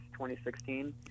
2016